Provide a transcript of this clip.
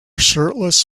shirtless